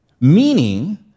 meaning